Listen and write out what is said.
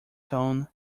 tone